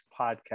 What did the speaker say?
podcast